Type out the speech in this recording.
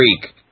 Greek